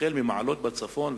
החל ממעלות בצפון,